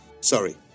Sorry